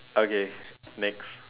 okay next